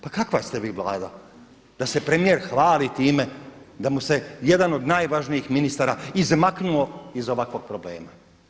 Pa kakva ste vi Vlada da se premijer hvali time da mu se jedan od najvažnijih ministara izmaknuo iz ovakvog problema.